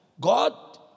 God